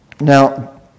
Now